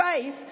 faith